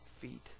feet